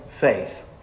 Faith